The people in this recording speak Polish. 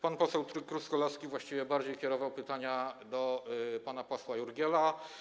Pan poseł Truskolaski właściwie bardziej kierował pytania do pana posła Jurgiela.